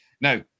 Now